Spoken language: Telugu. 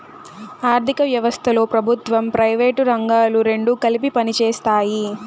ఆర్ధిక వ్యవస్థలో ప్రభుత్వం ప్రైవేటు రంగాలు రెండు కలిపి పనిచేస్తాయి